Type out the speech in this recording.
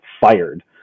fired